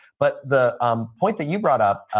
but the um point that you brought up,